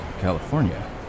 California